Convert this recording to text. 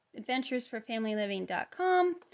adventuresforfamilyliving.com